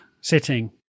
sitting